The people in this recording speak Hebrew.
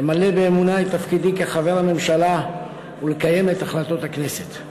למלא באמונה את תפקידי כחבר הממשלה ולקיים את החלטות הכנסת.